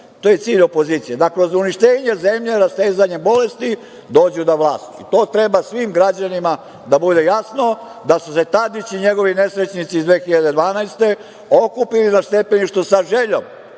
To je cilj opozicije. Dakle, da uništenjem zemlje, rastezanjem bolesti, dođu do vlasti. To treba svim građanima da bude jasno, da su se Tadić i njegovi nesrećnici iz 2012. godine okupili na stepeništu sa željom